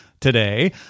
today